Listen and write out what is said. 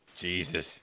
Jesus